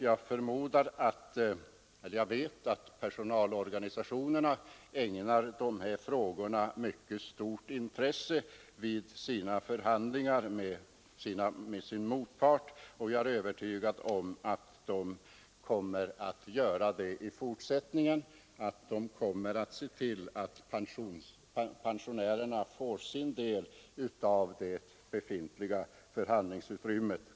Jag vet att personalorganisationerna ägnar dessa frågor mycket stort intresse vid sina förhandlingar med sin motpart, och jag är övertygad om att de kommer att göra det i fortsättningen och att de kommer att se till att pensionärerna får sin del av det befintliga förhandlingsutrymmet.